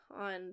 on